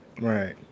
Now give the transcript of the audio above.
Right